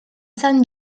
san